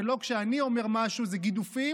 ולא כשאני אומר משהו זה "גידופים"